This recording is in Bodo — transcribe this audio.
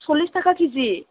सरलिस थाखा केजि